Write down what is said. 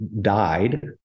died